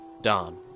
Don